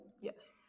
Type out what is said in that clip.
yes